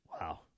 Wow